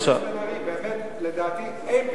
חבר הכנסת בן-ארי, בהחלט לדעתי אין פתרון.